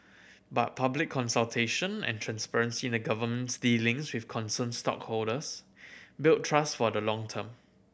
but public consultation and transparency in the Government's dealings with concerned stakeholders build trust for the long term